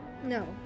No